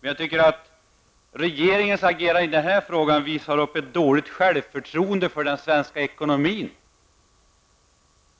Jag tycker att regeringens agerande i denna fråga visar upp ett dåligt förtroende för den svenska ekonomin.